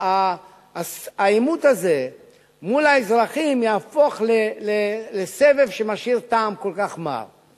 שהעימות הזה מול האזרחים יהפוך לסבב שמשאיר טעם כל כך מר.